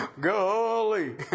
golly